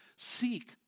Seek